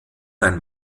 ein